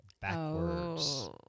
backwards